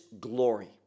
glory